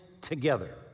together